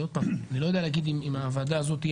ועוד פעם אני לא יודע להגיד אם הוועדה הזאת היא